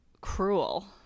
cruel